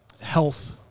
health